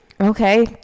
okay